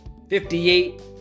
58